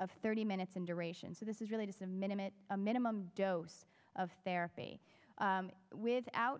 of thirty minutes in duration so this is really just a minimum a minimum dose of therapy without